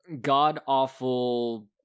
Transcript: god-awful